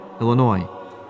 Illinois